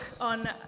on